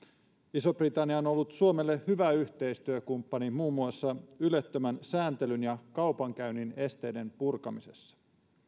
iso britannia on ollut suomelle hyvä yhteistyökumppani muun muassa ylettömän sääntelyn ja kaupankäynnin esteiden purkamisessa yhä